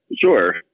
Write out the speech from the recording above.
Sure